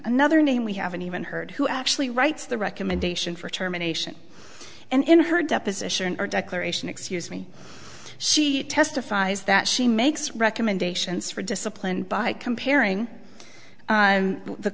another name we haven't even heard who actually writes the recommendation for terminations and in her deposition or declaration excuse me she testifies that she makes recommendations for discipline by comparing